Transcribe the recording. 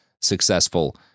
successful